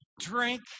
drink